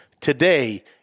today